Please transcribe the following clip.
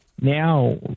Now